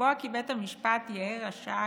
ולקבוע כי בית המשפט יהיה רשאי